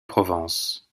provence